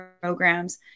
programs